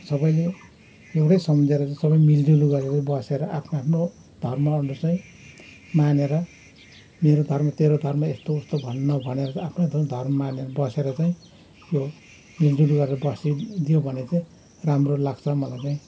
सबैले एउटै सम्झेर चाहिँ सबै मिलजुल गरेर बसेर आफ्नो आफ्नो धर्महरू चाहिँ मानेर मेरो धर्म तेरो धर्म यस्तो उस्तो नभनेर आफ्नो आफ्नो धर्म मानेर बसेर चाहिँ यो मिलजुल गरेर बसिदियो भने चाहिँ राम्रो लाग्छ मलाई चाहिँ